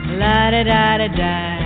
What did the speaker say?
la-da-da-da-da